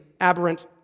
aberrant